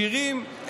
שירים,